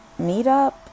meetup